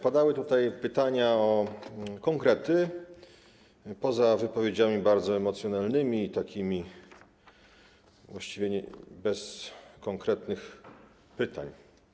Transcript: Padały tutaj pytania o konkrety, poza wypowiedziami bardzo emocjonalnymi, w których właściwie nie postawiono konkretnych pytań.